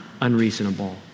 unreasonable